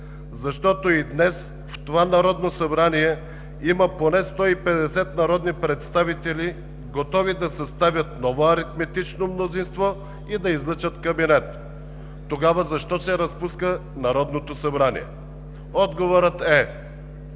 защото и днес в това Народно събрание има поне 150 народни представители, готови да съставят ново аритметично мнозинство и да излъчат кабинет. Тогава защо се разпуска Народното събрание? Отговорът е: